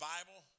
Bible